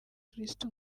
kristo